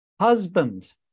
husband